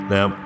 Now